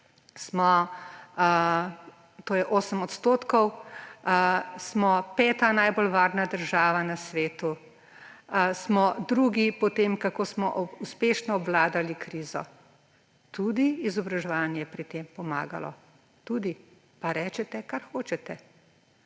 Evropi, to je 8 odstotkov, smo peta najbolj varna država na svetu, smo drugi po tem, kako smo uspešno obvladali krizo – tudi izobraževanje je pri tem pomagalo. Tudi, pa recite, kar hočete!